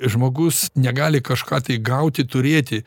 žmogus negali kažką tai gauti turėti